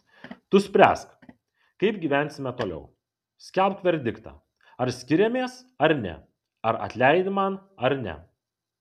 tu spręsk kaip gyvensime toliau skelbk verdiktą ar skiriamės ar ne ar atleidi man ar ne